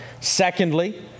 Secondly